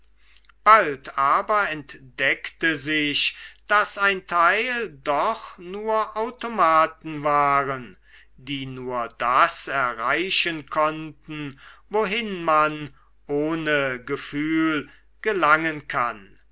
bald aber entdeckte sich daß ein teil doch nur automaten waren die nur das erreichen konnten wohin man ohne gefühl gelangen kann